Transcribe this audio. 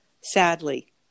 sadly